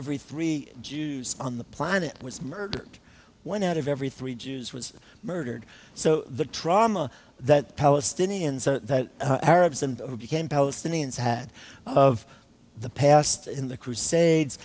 every three jews on the planet was murdered when out of every three jews was murdered so the trauma that palestinians the arabs and became palestinians had of the past in the crusades